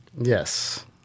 Yes